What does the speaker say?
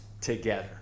together